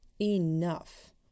Enough